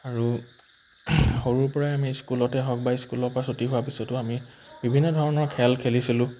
আৰু সৰুৰ পৰাই আমি স্কুলতে হওক বা স্কুলৰ পৰা ছুটী হোৱাৰ পিছতো আমি বিভিন্ন ধৰণৰ খেল খেলিছিলোঁ